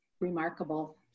remarkable